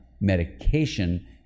medication